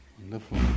Wonderful